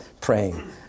praying